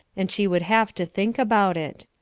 and she would have to think about it.